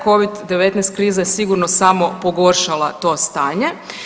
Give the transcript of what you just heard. Covid-19 kriza je sigurno samo pogoršala to stanje.